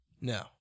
No